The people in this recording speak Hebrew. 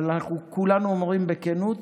אבל כולנו אומרים בכנות